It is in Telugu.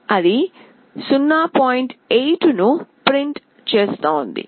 8 ను ప్రింట్ చేస్తోంది